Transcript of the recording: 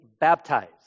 baptized